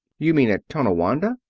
you mean at tonawanda?